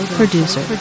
producer